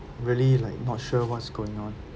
really like not sure what's going on